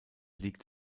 liegt